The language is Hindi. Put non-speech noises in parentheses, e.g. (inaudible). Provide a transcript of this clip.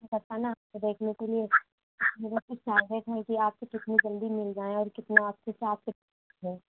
(unintelligible) ना तो देखने के लिए मेरा (unintelligible) है कि आपसे कितने जल्दी मिल जाएँ और कितना आपके साथ है